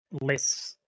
less